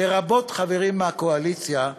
לרבות חברים מהקואליציה,